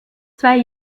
zwei